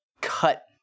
cut